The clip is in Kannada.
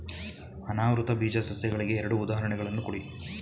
ಅನಾವೃತ ಬೀಜ ಸಸ್ಯಗಳಿಗೆ ಎರಡು ಉದಾಹರಣೆಗಳನ್ನು ಕೊಡಿ